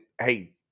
hey